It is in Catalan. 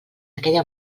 aquella